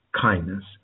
kindness